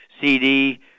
CD